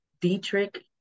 Dietrich